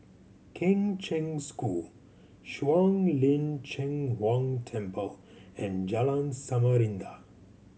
Kheng Cheng School Shuang Lin Cheng Huang Temple and Jalan Samarinda